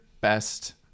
best